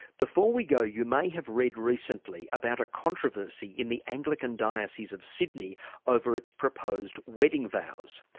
before we go you may have read recently about a controversy in the anglican diocese of sydney over its proposed wedding vows.